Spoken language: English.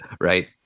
Right